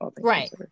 Right